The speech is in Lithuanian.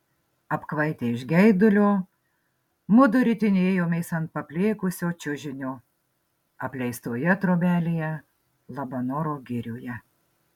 apkvaitę iš geidulio mudu ritinėjomės ant paplėkusio čiužinio apleistoje trobelėje labanoro girioje